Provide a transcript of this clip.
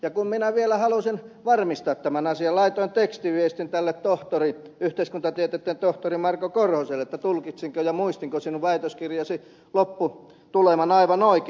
ja kun minä vielä halusin varmistaa tämän asian laitoin tekstiviestin tälle yhteiskuntatieteiden tohtori marko korhoselle että tulkitsinko ja muistinko sinun väitöskirjasi lopputuleman aivan oikein